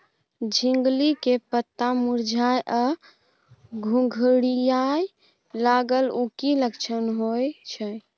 झिंगली के पत्ता मुरझाय आ घुघरीया लागल उ कि लक्षण होय छै?